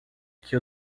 que